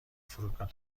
فرودگاه